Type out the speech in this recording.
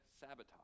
sabotage